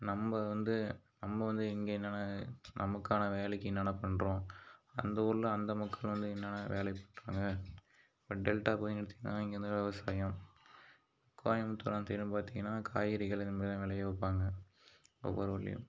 நம்ம வந்து நம்ம வந்து இங்கே என்னென்ன நமக்கான வேலைக்கி என்னென்ன பண்ணுறோம் அந்த ஊரில் அந்த மக்கள் வந்து என்னென்ன வேலை பண்ணுறாங்க இப்போ டெல்டா பகுதின்னு எடுத்திங்கனா இங்கே வந்து விவசாயம் கோயம்புத்தூர் அந்த சைடுலாம் பார்த்திங்கன்னா காய்கறிகள் இந்த மாரிலாம் விளைய வைப்பாங்க ஒவ்வொரு ஊர்லேயும்